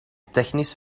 technisch